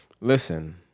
listen